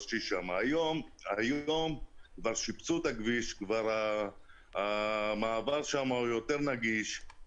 היום כבר שיפצו את הכביש והמעבר שם יותר נגיש.